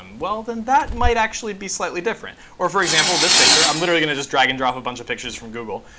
um well, then that might actually be slightly different. or for example, this picture. i'm literally going to just drag and drop a bunch of pictures from google.